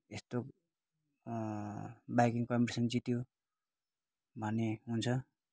यस्तो biking competition जित्यो भन्ने हुन्छ